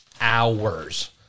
hours